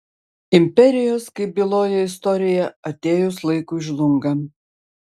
imperijos kaip byloja istorija atėjus laikui žlunga